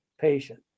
patient